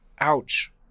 Ouch